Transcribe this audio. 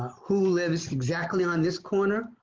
who lives exactly on this corner,